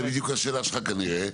זה בדיוק השאלה שלך כנראה.